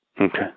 Okay